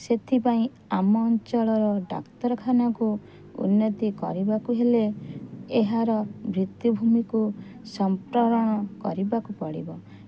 ସେଥିପାଇଁ ଆମ ଅଞ୍ଚଳର ଡାକ୍ତରଖାନାକୁ ଉନ୍ନତି କରିବାକୁ ହେଲେ ଏହାର ଭିତ୍ତିଭୂମିକୁ ସମ୍ପ୍ରସାରଣ କରିବାକୁ ପଡ଼ିବ